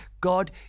God